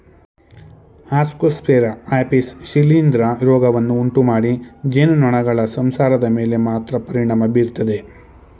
Ascosphaera apis ಶಿಲೀಂಧ್ರ ರೋಗವನ್ನು ಉಂಟುಮಾಡಿ ಜೇನುನೊಣಗಳ ಸಂಸಾರದ ಮೇಲೆ ಮಾತ್ರ ಪರಿಣಾಮ ಬೀರ್ತದೆ